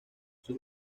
sus